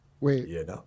Wait